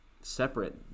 separate